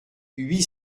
huit